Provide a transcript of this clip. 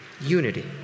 unity